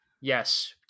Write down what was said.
Yes